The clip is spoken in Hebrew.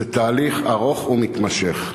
זה תהליך ארוך ומתמשך.